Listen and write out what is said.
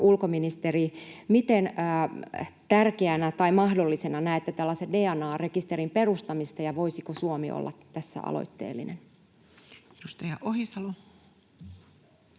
ulkoministeri: miten tärkeänä tai mahdollisena näette tällaisen DNA-rekisterin perustamisen, ja voisiko Suomi olla tässä aloitteellinen?